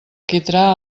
quitrà